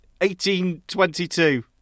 1822